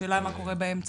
השאלה היא מה קורה באמצע,